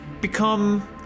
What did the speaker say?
...become